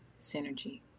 synergy